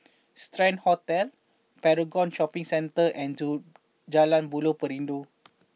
Strand Hotel Paragon Shopping Centre and Ju Jalan Buloh Perindu